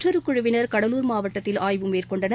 மற்றொரு குழுவினர் கடலூர் மாவட்டத்தில் ஆய்வு மேற்கொண்டனர்